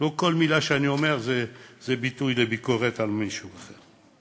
לא כל מילה שאני אומר זה ביטוי לביקורת על מישהו אחר.